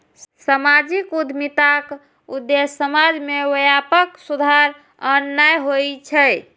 सामाजिक उद्यमिताक उद्देश्य समाज मे व्यापक सुधार आननाय होइ छै